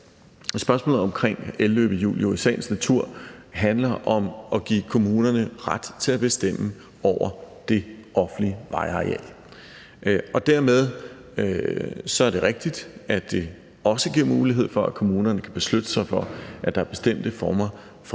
spørgsmålet omkring elløbehjul jo i sagens natur handler om at give kommunerne ret til at bestemme over det offentlige vejareal. Dermed er det rigtigt, at det også giver mulighed for, at kommunerne kan beslutte sig for, at der er bestemte former for